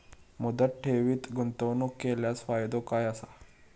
मुदत ठेवीत गुंतवणूक केल्यास फायदो काय आसा?